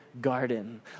garden